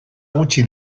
gutxi